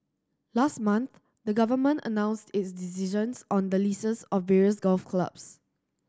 last month the Government announced its decisions on the leases of various golf clubs